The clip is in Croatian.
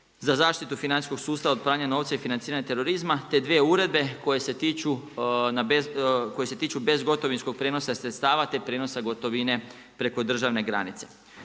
za zaštitu financijskog sustava od pranja novca i financiranje terorizma, te dvije uredbe koje se tiču bezgotovinskog prijenosa sredstava, te prijenosa gotovine preko državne granice.